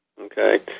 Okay